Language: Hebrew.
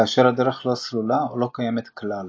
כאשר הדרך לא סלולה או לא קיימת כלל.